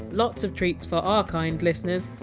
lots of treats for our kind, listeners.